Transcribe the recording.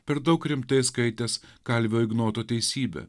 per daug rimtai skaitęs kalvio ignoto teisybę